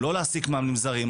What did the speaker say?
לא להעסיק מאמנים זרים,